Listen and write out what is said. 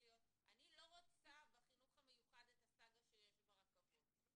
אני לא רוצה בחינוך המיוחד את הסאגה שיש ברכבות.